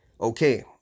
okay